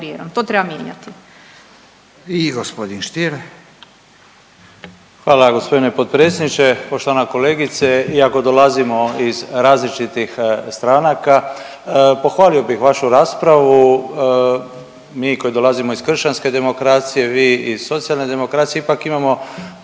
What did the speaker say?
to treba mijenjati.